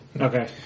Okay